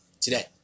today